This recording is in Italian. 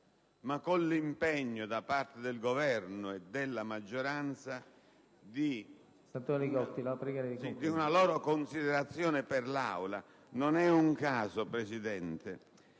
ma con l'impegno da parte del Governo e della maggioranza di una loro considerazione per l'Aula. Non è un caso, Presidente,